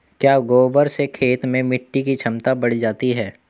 क्या गोबर से खेत में मिटी की क्षमता बढ़ जाती है?